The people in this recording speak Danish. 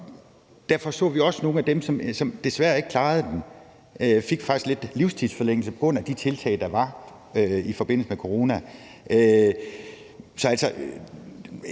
Derfor så vi også, at nogle af dem, som desværre ikke klarede den, faktisk fik lidt livstidsforlængelse på grund af de tiltag, der var i forbindelse med corona.